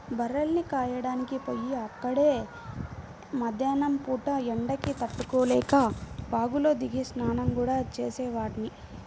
బర్రెల్ని కాయడానికి పొయ్యి అక్కడే మద్దేన్నం పూట ఎండకి తట్టుకోలేక వాగులో దిగి స్నానం గూడా చేసేవాడ్ని